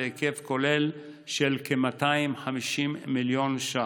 בהיקף כולל של כ-250 מיליון שקלים.